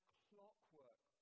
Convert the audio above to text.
clockwork